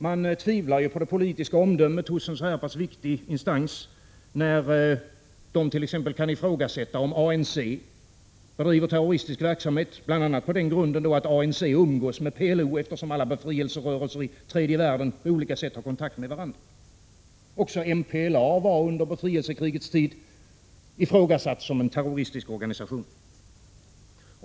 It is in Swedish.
Man tvivlar på det politiska omdömet hos en så här viktig instans, när den exempelvis kan ifrågasätta att ANC bedriver terroristisk verksamhet, bl.a. på den grunden att ANC umgås med PLO — eftersom alla befrielserörelser i tredje världen på olika sätt har kontakt med varandra. Också MPLA var under befrielsekrigets tid ifrågasatt som terroristisk organisation.